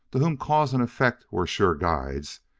to whom cause and effect were sure guides,